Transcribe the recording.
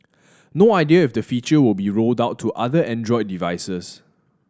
no idea if the feature will be rolled out to other Android devices